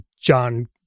John